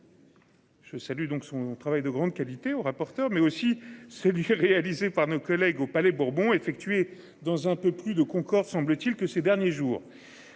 Je salue donc son travail de grande qualité au rapporteur mais aussi celui réalisé par nos collègues au Palais Bourbon effectué dans un peu plus de Concorde semble-t-il que ces derniers jours